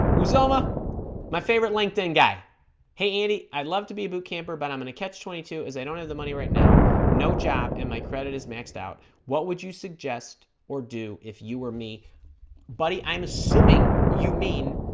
whose oma my favorite linkedin guy hey andy i'd love to be a boot camper but i'm gonna catch twenty two is they don't have the money right now no job and my credit is maxed out what would you suggest or do if you were me buddy i'm assuming you mean